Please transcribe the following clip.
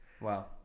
Wow